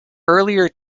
earlier